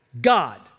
God